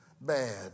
bad